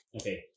okay